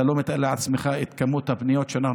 אתה לא מתאר לעצמך את כמות הפניות שאנחנו